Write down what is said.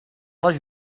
les